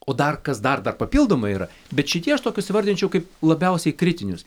o dar kas dar dar papildomai yra bet šitie aš tokius įvardinčiau kaip labiausiai kritinius